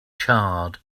charred